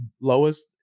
lowest